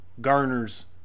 garners